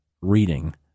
reading